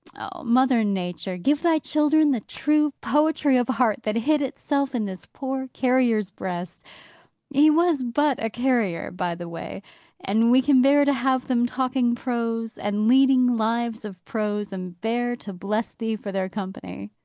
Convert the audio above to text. oh, mother nature, give thy children the true poetry of heart that hid itself in this poor carrier's breast he was but a carrier, by the way and we can bear to have them talking prose, and leading lives of prose and bear to bless thee for their company!